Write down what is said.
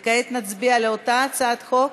וכעת נצביע על אותה הצעת חוק